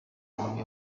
muri